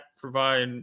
provide